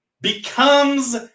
becomes